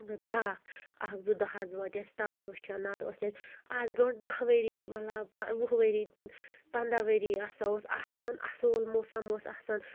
تاپھ اَکھ زٕ دۄہ حظ وٲتۍ اَسہِ تاپھ وٕچھان نَتہٕ اوس اَسہِ اَز برونٛٹھ دہ ؤری مطلب وُہ ؤری پَنٛداہ ؤری ہَسا اوس آسان اَصۭل موسَم اوس آسان